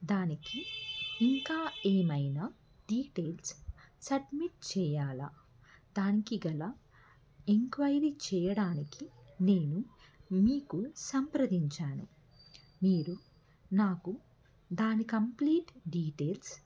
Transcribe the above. దానికి ఇంకా ఏమైనా డీటెయిల్స్ సట్మిట్ చెయ్యాలా దానికి గల ఎన్క్వైరీ చెయ్యడానికి నేను మీకు సంప్రదించాను మీరు నాకు దాని కంప్లీట్ డీటెయిల్స్